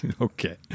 Okay